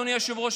אדוני היושב-ראש,